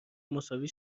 مساوی